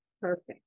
perfect